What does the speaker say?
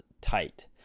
tight